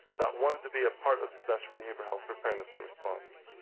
that wanted to be a part of disaster behavioral health preparedness and response.